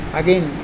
again